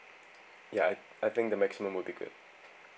ya I I think the maximum would be good